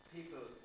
People